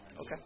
Okay